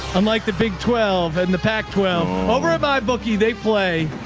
unlike the big twelve and the pack twelve over at my bookie, they play,